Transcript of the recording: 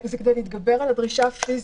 זה כדי להתגבר על הדרישה הפיזית.